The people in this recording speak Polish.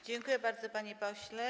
Dziękuję bardzo, panie pośle.